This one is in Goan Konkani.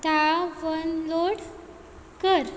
डावनलोड कर